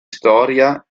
storia